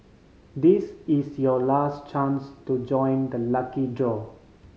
this is your last chance to join the lucky draw